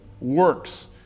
works